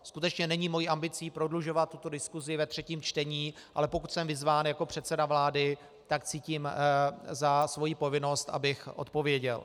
Skutečně není mou ambicí prodlužovat tuto diskusi ve třetím čtení, ale pokud jsem vyzván jako předseda vlády, tak cítím jako svoji povinnost, abych odpověděl.